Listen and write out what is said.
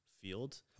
field